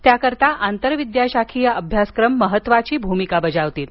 त्याकरिता आंतरविद्याशाखीय अभ्यासक्रम महत्त्वाची भूमिका बजावतील